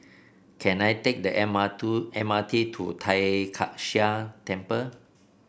can I take the M R to M R T to Tai Kak Seah Temple